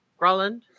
Groland